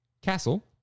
Castle